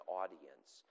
audience